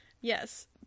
Yes